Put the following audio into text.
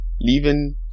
leaving